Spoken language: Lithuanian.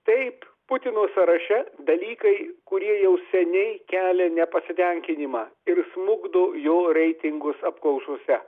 taip putino sąraše dalykai kurie jau seniai kelia nepasitenkinimą ir smukdo jo reitingus apklausose